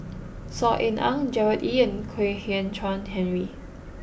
Saw Ean Ang Gerard Ee and Kwek Hian Chuan Henry